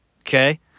Okay